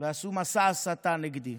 ועשו מסע הסתה נגדי.